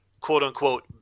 quote-unquote